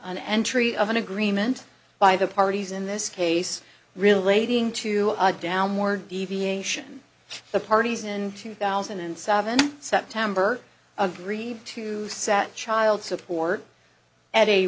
an entry of an agreement by the parties in this case relating to a downward deviation of the parties in two thousand and seven september agreed to sat child support at a